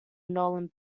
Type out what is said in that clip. nolan